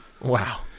Wow